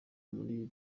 muri